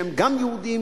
שהם גם יהודים,